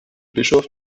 bischof